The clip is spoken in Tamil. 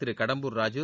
திரு கடம்பூர் ராஜூ